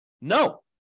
No